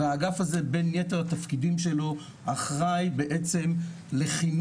והאגף הזה בין יתר התפקידים שלו אחראי בעצם לחינוך